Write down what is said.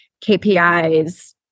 KPIs